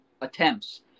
attempts